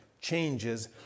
changes